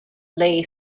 lay